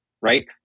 right